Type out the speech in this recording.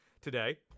today